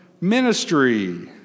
ministry